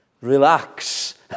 relax